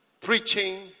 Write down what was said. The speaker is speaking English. preaching